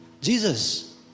Jesus